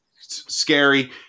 scary